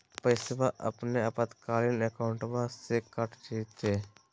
पैस्वा अपने आपातकालीन अकाउंटबा से कट जयते?